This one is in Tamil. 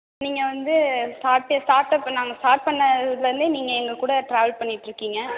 நீங்கள் வந்து ஸ்டார்ட்டு ஸ்டார்ட்டப் நாங்கள் ஸ்டார்ட் பண்ண இதுலேருந்தே நீங்கள் எங்கள் கூட ட்ராவல் பண்ணிட்டுருக்கீங்க